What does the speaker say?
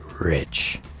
Rich